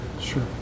sure